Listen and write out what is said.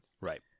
Right